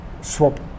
swap